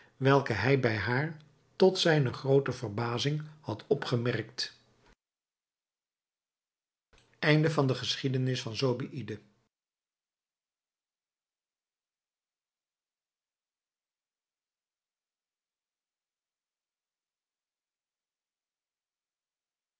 welke hij bij haar tot zijne groote verbazing had opgemerkt